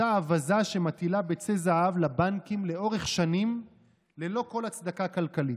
אותה אווזה שמטילה ביצי זהב לבנקים לאורך שנים ללא כל הצדקה כלכלית.